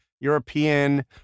European